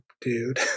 dude